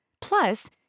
Plus